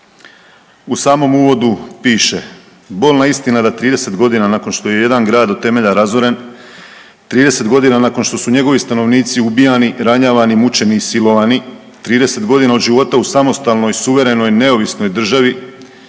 U samom uvodu piše: „Bolna istina da 30 godina nakon što je jedan grad do temelja razoren, 30 godina nakon što su njegovi stanovnici ubijani, ranjavani, mučeni i silovani, 30 godina od života u samostalnoj, suverenoj, neovisnoj državi